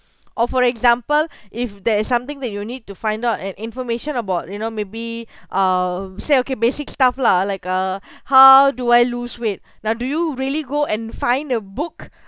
or for example if there is something that you need to find out an information about you know maybe uh say okay basic stuff lah like uh how do I lose weight now do you really go and find the book